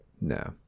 No